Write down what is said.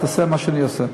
שישיב.